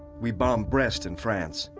we bomb brest in france,